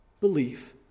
belief